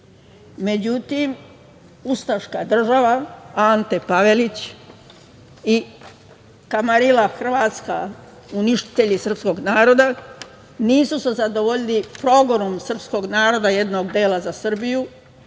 živi.Međutim, ustaška država, Ante Pavelić i kamarila Hrvatska, uništitelji srpskog naroda nisu su se zadovoljili progonom srpskog naroda jednog dela za Srbiju,